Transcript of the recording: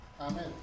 Amen